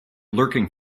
lurking